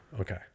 Okay